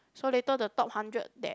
so later the top hundred that